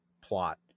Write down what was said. plot